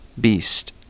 beast